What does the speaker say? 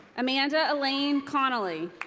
amanda elaine connelly.